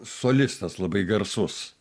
solistas labai garsus